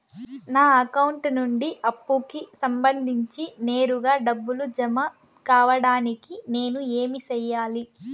నా అకౌంట్ నుండి అప్పుకి సంబంధించి నేరుగా డబ్బులు జామ కావడానికి నేను ఏమి సెయ్యాలి?